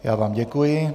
Já vám děkuji.